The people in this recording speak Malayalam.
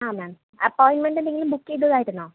ആ മാം അപ്പോയിമെൻറ്റ് എന്തെങ്കിലും ബുക്ക് ചെയ്തതായിരുന്നോ